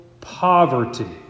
poverty